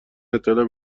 اطلاع